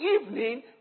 evening